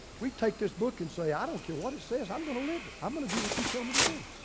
we take this book and say, i don't care what it says, i'm gonna live it. i'm gonna do what you tell me to do.